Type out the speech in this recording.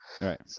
Right